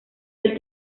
del